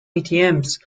atms